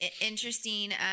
interesting